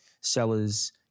sellers